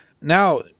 Now